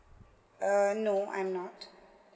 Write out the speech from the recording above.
uh no I'm not